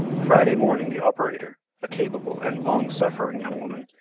friday morning the operator, a capable and long-suffering young woman,